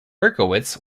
berkowitz